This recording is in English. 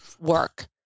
work